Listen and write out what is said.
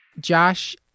Josh